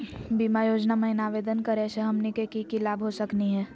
बीमा योजना महिना आवेदन करै स हमनी के की की लाभ हो सकनी हे?